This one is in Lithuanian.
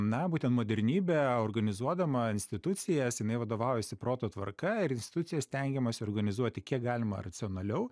na būtent modernybė organizuodama institucijas jinai vadovaujasi proto tvarka ir institucijas stengiamasi organizuoti kiek galima racionaliau